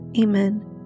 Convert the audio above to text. Amen